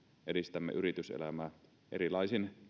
edistämme yrityselämää erilaisin